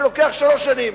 שלוקח שלוש שנים.